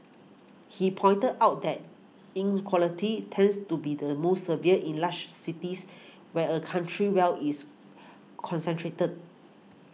he pointed out that inequality tends to be the most severe in large cities where a country's well is concentrated